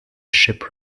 ship